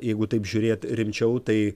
jeigu taip žiūrėt rimčiau tai